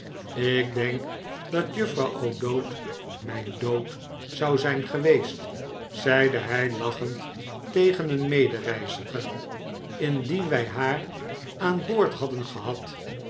ik denk dat juffrouw o'dowd mijn dood zou zijn geweest zeide hij lachend tegen een medereiziger indien wij haar aan boord hadden gehad